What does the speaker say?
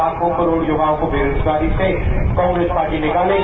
लाखों करोड़ों युवाओं को बेरोजगारी से कांग्रेस पार्टी निकालेगी